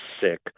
sick